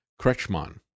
Kretschmann